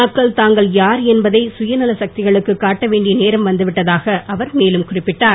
மக்கள் தாங்கள் யார் என்பதை சுயநல சக்திகளுக்கு காட்டவேண்டிய நேரம் வந்துவிட்டதாக அவர் மேலும் குறிப்பிட்டார்